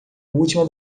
última